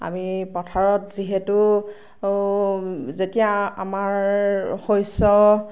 আমি পথাৰত যিহেতু যেতিয়া আমাৰ শস্য